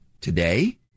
today